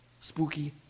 spooky